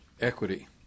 Equity